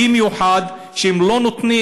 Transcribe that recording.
במיוחד שהם לא נותנים,